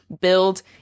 build